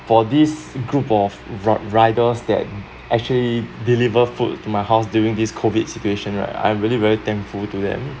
for this group of riders that actually deliver food to my house during this COVID situation right I'm really very thankful to them